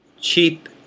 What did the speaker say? Cheap